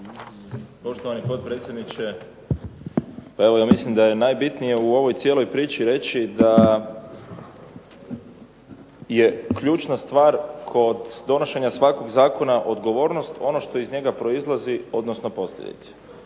Poštovani potpredsjedniče, evo ja mislim da je najbitnije u ovoj cijeloj priči reći da je ključna stvar kod donošenja svoga Zakona je odgovornost ono što iz njega proizlazi odnosno posljedice.